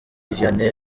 vianney